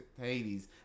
Hades